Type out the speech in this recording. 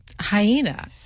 hyena